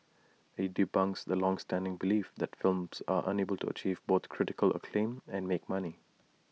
IT debunks the longstanding belief that films are unable to achieve both critical acclaim and make money